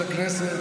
יושב-ראש הישיבה,